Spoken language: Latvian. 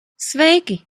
sveiki